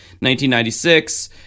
1996